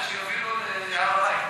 אלא שיובילו להר-הבית,